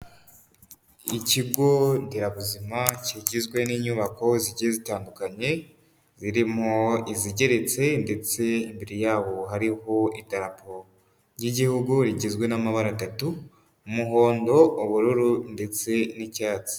Ikigo nderabuzima kigizwe n'inyubako zigiye zitandukanye, zirimo izigeretse ndetse imbere yabo hariho idarapo ry'igihugu, rigizwe n'amabara atatu, umuhondo, ubururu ndetse n'icyatsi.